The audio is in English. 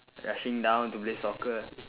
rushing down to play soccer